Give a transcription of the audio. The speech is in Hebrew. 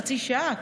חצי שעה,